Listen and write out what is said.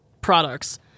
products